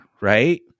right